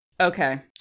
Okay